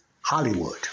Hollywood